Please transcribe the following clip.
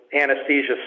anesthesia